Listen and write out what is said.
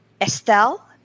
Estelle